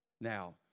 Now